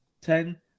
Ten